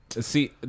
See